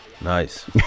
Nice